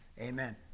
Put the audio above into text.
Amen